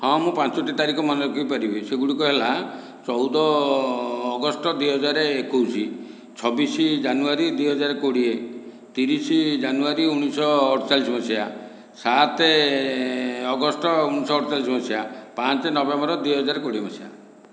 ହଁ ମୁଁ ପାଞ୍ଚଟି ତାରିଖ ମନେ ରଖିପାରିବି ସେଗୁଡ଼ିକ ହେଲା ଚଉଦ ଅଗଷ୍ଟ ଦୁଇ ହଜାର ଏକୋଇଶ ଛବିଶ ଜାନୁଆରୀ ଦୁଇ ହଜାର କୋଡ଼ିଏ ତିରିଶ ଜାନୁଆରୀ ଉଣେଇଶହ ଅଢ଼ଚାଲିଶ ମସିହା ସାତ ଅଗଷ୍ଟ ଉଣେଇଶହ ଅଢ଼ଚାଲିଶ ମସିହା ପାଞ୍ଚ ନଭେମ୍ବର ଦୁଇ ହଜାର କୋଡ଼ିଏ ମସିହା